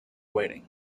waiting